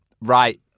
Right